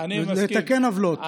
לתקן עוולות.